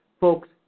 Folks